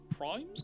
Prime's